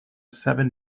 seven